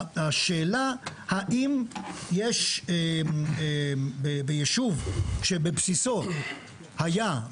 השאלה האם יש בישוב שבבסיסו היה,